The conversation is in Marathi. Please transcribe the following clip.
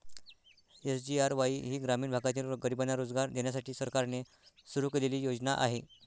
एस.जी.आर.वाई ही ग्रामीण भागातील गरिबांना रोजगार देण्यासाठी सरकारने सुरू केलेली योजना आहे